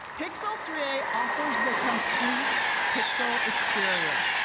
pixel three a offers the complete pixel experience.